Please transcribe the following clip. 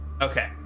Okay